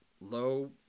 low